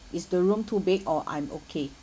is the room too big or I'm okay